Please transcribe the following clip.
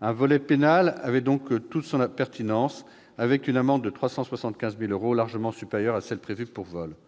Un volet pénal avait donc toute sa pertinence, avec une amende de 375 000 euros, largement supérieure à celle qui est prévue pour sanctionner le vol.